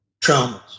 traumas